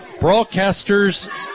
Broadcasters